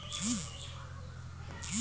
কম খরচে বেশি লাভজনক কৃষির মইধ্যে কি কি আসে?